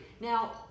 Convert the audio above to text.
now